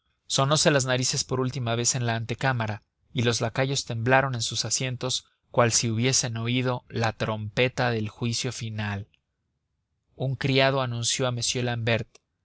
órbitas sonose las narices por última vez en la antecámara y los lacayos temblaron en sus asientos cual si hubiesen oído la trompeta del juicio final un criado anunció a m l'ambert